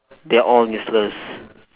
they're all useless